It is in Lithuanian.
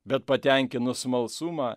bet patenkinus smalsumą